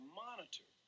monitor